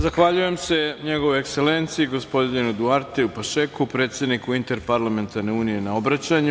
Zahvaljujem se Njegovoj Ekselenciji gospodinu Duarteu Pašeku, predsedniku Interparlamentarne unije, na obraćanju.